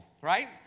right